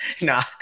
nah